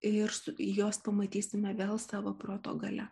ir su juos pamatysime gal savo proto galia